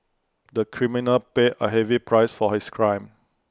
the criminal paid A heavy price for his crime